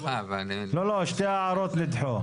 שתי ההערות נדחו.